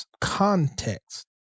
context